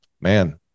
man